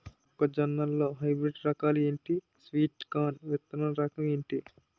మొక్క జొన్న లో హైబ్రిడ్ రకాలు ఎంటి? స్వీట్ కార్న్ విత్తన రకం ఏంటి?